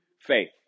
faith